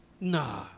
Nah